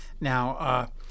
Now